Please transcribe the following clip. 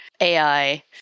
AI